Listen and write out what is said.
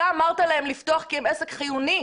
אתה אמרת להם לפתוח כי הם עסק חיוני,